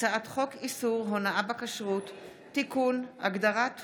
איסור הפרטת שיקול דעת שלטוני (הסדרת